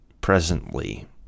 presently